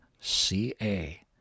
c-a